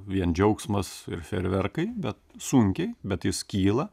vien džiaugsmas ir fejerverkai bet sunkiai bet jis kyla